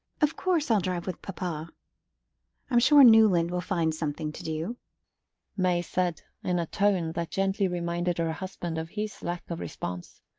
of course i'll drive with papa i'm sure newland will find something to do, may said, in a tone that gently reminded her husband of his lack of response.